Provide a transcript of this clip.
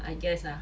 I guess ah